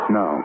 no